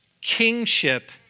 kingship